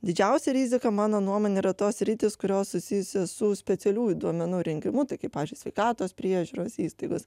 didžiausia rizika mano nuomone yra tos sritys kurios susijusios su specialiųjų duomenų rinkimu tai kaip pavyzdžiui sveikatos priežiūros įstaigos